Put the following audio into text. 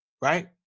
right